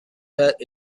that